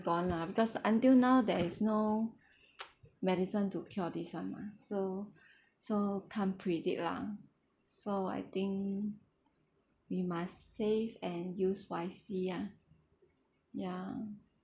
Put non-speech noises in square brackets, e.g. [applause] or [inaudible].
gone lah because until now there is no [noise] medicine to cure this [one] mah so [breath] so can't predict lah so I think we must save and use wisely ah ya